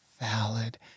valid